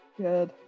Good